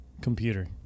computer